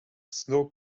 snow